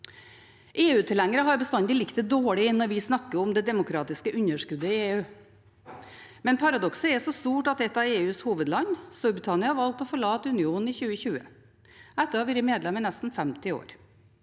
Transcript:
EU-tilhengere har bestandig likt det dårlig når vi snakker om det demokratiske underskuddet i EU, men paradokset er så stort at et av EUs hovedland, Storbritannia, valgte å forlate unionen i 2020, etter å ha vært medlem i nesten 50 år.